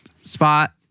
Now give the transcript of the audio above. spot